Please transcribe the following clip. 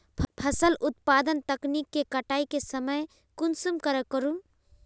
फसल उत्पादन तकनीक के कटाई के समय कुंसम करे करूम?